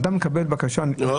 אתם לא מנמקים למה הבקשה סורבה.